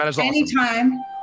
anytime